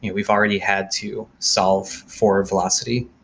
we've already had to solve for velocity.